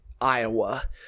Iowa